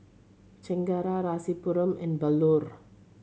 Chengara Rasipuram and Bellur